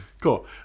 Cool